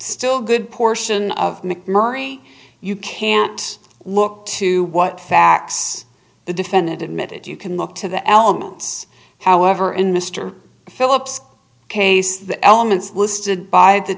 still good portion of mcmurry you can't look to what facts the definitive method you can look to the elements however in mr philips case the elements listed by the